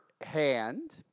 hand